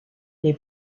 les